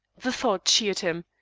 the thought cheered him.